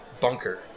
bunker